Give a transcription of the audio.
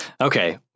Okay